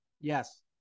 Yes